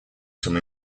some